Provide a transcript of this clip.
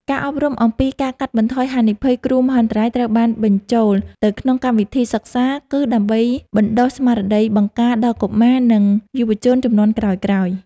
ការអប់រំអំពីការកាត់បន្ថយហានិភ័យគ្រោះមហន្តរាយត្រូវបានបញ្ចូលទៅក្នុងកម្មវិធីសិក្សា គឺដើម្បីបណ្តុះស្មារតីបង្ការដល់កុមារ និងយុវជនជំនាន់ក្រោយៗ។